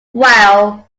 raoul